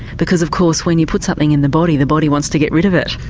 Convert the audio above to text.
because of course when you put something in the body the body wants to get rid of it.